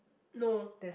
no